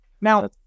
Now